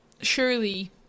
surely